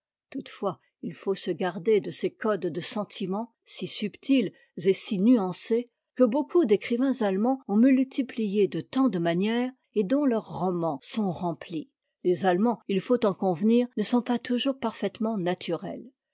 toutefois il faut se garder de ces codes de sentiments si subtils et si nuancés que beaucoup d'écrivains allemands ont multipliés de tant de manières et dont leurs romans sont remplis les allemands il faut en convenir ne sont pas toujours parfaitement naturels